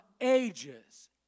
ages